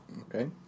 okay